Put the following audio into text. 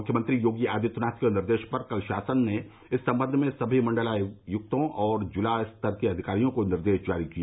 मुख्यमंत्री योगी आदित्यनाथ के निर्देश पर कल शासन ने इस संबंध में सभी मंडलायुक्तों और जिला स्तर के अधिकारियों को निर्देश जारी किए